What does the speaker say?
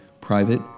Private